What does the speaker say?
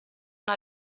una